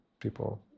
people